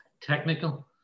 technical